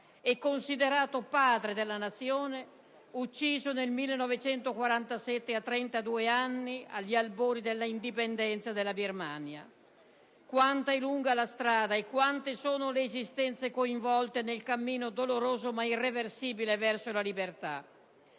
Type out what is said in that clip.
considerato padre della Nazione e ucciso nel 1947 a 32 anni, agli albori dell'indipendenza della Birmania. Quanto è lunga la strada e quante sono le esistenze coinvolte nel cammino doloroso ma irreversibile verso la libertà!